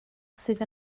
sydd